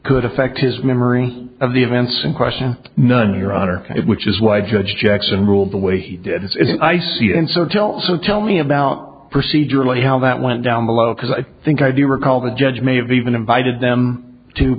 could affect his memory of the events in question none your honor which is why judge jackson ruled the way he did it's icy and so tell so tell me about procedurally how that went down below because i think i do recall the judge may have even invited them to